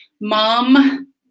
mom